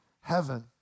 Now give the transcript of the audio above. heaven